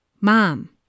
Mom